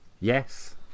yes